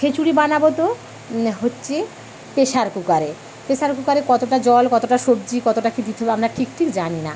খিচুড়ি বানাবো তো হচ্ছে প্রেসারকুকারে প্রেসারকুকারে কতটা জল কতটা সবজি কতটা কি দিতে হবে আমরা ঠিক ঠিক জানি না